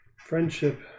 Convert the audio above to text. friendship